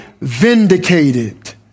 vindicated